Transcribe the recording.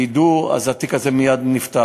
ידעו, אז התיק הזה מייד נפתח.